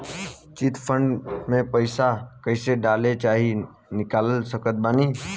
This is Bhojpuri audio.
चिट फंड मे पईसा कईसे डाल चाहे निकाल सकत बानी?